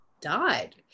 died